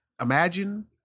imagine